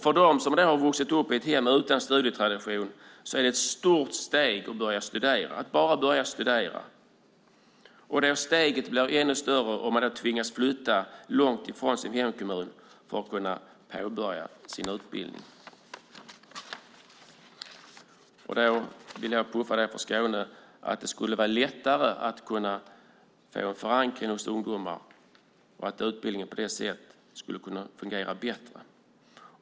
För dem som har vuxit upp i ett hem utan studietradition är det ett stort steg bara att börja studera. Det steget blir ännu större om man tvingas flytta långt från sin hemkommun för att kunna påbörja sin utbildning. Jag vill puffa för Skåne. Det skulle vara lättare att få förankring hos ungdomar. Utbildningen skulle på det sättet kunna fungera bättre.